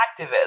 activist